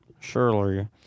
Surely